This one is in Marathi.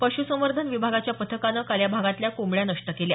पश्संवर्धन विभागाच्या पथकानं काल या भागातल्या कोंबड्या नष्ट केल्या